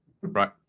Right